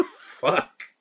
Fuck